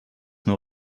nur